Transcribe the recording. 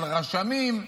על רשמים.